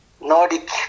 Nordic